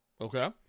Okay